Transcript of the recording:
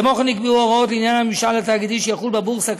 כמו כן נקבעו הוראות לעניין הממשל התאגידי שיחול בבורסה,